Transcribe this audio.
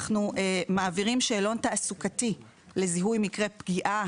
אנחנו מעבירים שאלון תעסוקתי לזיהוי מקרי פגיעה,